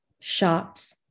shocked